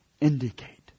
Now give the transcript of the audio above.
indicate